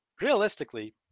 realistically